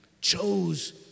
Chose